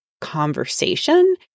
conversation